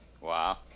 Wow